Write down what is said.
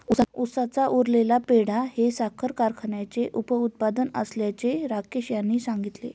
उसाचा उरलेला पेंढा हे साखर कारखान्याचे उपउत्पादन असल्याचे राकेश यांनी सांगितले